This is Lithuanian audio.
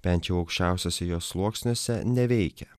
bent jau aukščiausiuose jos sluoksniuose neveikia